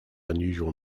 unusual